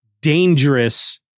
dangerous